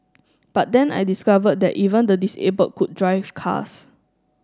but then I discovered that even the disabled could drive cars